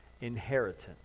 inheritance